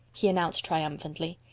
he announced triumphantly.